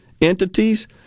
entities